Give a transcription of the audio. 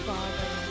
Father